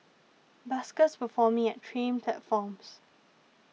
buskers performing at train platforms